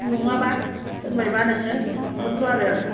नङाबा होनबायबा नोङो नुगोनथ' आरो आं